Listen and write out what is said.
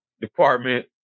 department